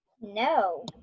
No